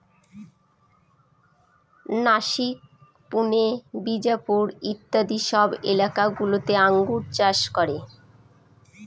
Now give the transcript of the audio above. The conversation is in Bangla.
নাসিক, পুনে, বিজাপুর ইত্যাদি সব এলাকা গুলোতে আঙ্গুর চাষ করে